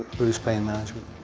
bruce payne management.